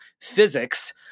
physics